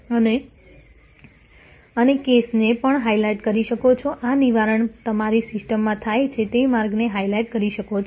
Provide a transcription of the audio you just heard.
અને કેસને પણ હાઇલાઇટ કરી શકો છો આ નિવારણ તમારી સિસ્ટમમાં થાય છે તે માર્ગને હાઇલાઇટ કરી શકો છો